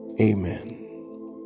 Amen